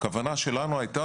הכוונה שלנו הייתה